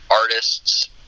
artists